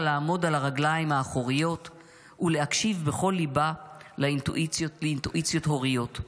לעמוד על הרגליים האחוריות / ולהקשיב בכל ליבה לאינטואיציות הוריות.